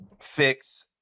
Fix